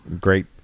great